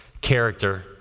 character